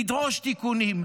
נדרוש תיקונים.